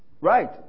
right